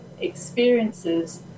experiences